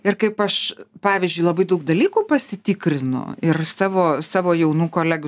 ir kaip aš pavyzdžiui labai daug dalykų pasitikrinu ir savo savo jaunų kolegių